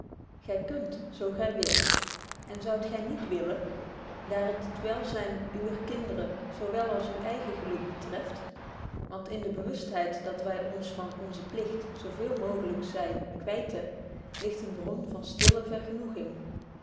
gy kunt zo gy wilt en zoudt gy niet willen daar t het welzyn uwer kinderen zo wel als uw eigen geluk betreft want in de bewustheid dat wy ons van onzen pligt zo veel mooglyk zy kwyten ligt een bron van stille vergenoeging